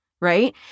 right